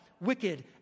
wicked